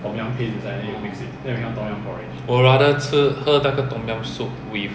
我 rather 吃喝那个 tom yum soup with